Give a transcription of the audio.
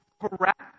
correct